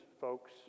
folks